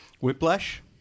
Whiplash